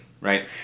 right